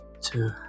two